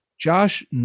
Josh